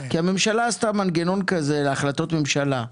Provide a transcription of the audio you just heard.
כי הממשלה עשתה מנגנון כזה להחלטות ממשלה,